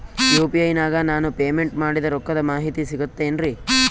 UPI ನಾಗ ನಾನು payment ಮಾಡಿದ ರೊಕ್ಕದ ಮಾಹಿತಿ ಸಿಕ್ತಾತೇನ್ರೀ?